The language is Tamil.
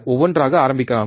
ஒவ்வொன்றாக ஆரம்பிக்கலாம்